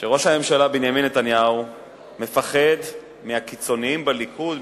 שראש הממשלה בנימין נתניהו מפחד מהקיצונים בליכוד,